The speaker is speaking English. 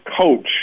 coach